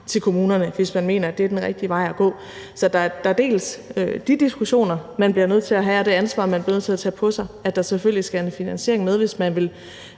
til kommunerne, hvis man mener, det er den rigtige vej at gå. Så der er dels de diskussioner, man bliver nødt til at have, og man bliver nødt til at tage det ansvar på sig, at der selvfølgelig skal en finansiering med, hvis man vil